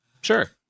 sure